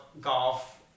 golf